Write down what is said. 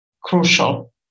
crucial